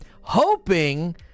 hoping